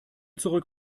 zurück